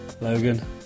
Logan